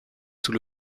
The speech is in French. sous